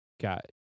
got